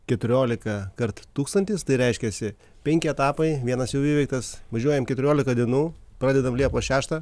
keturiolika kart tūkstantis tai reiškiasi penki etapai vienas jau įveiktas važiuojam keturiolika dienų pradedam liepos šeštą